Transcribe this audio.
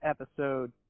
episode